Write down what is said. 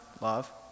love